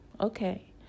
okay